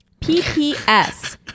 pps